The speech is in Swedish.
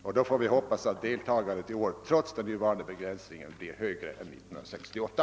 Vi kan hoppas att deltagarantalet i år, trots den nuvarande begränsningen, blir högre än år 1968.